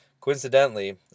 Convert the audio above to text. Coincidentally